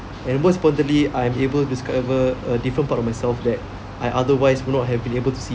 and most importantly I'm able to discover a different part of myself that I otherwise would not have been able to see